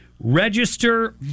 Register